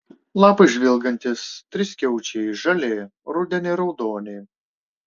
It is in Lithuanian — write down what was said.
lapai žvilgantys triskiaučiai žali rudenį raudoni